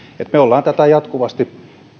me olemme tätä jatkuvasti